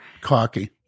Cocky